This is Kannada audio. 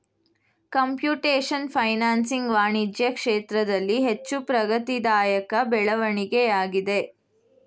ಕಂಪ್ಯೂಟೇಶನ್ ಫೈನಾನ್ಸಿಂಗ್ ವಾಣಿಜ್ಯ ಕ್ಷೇತ್ರದಲ್ಲಿ ಹೆಚ್ಚು ಪ್ರಗತಿದಾಯಕ ಬೆಳವಣಿಗೆಯಾಗಿದೆ